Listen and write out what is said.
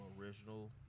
original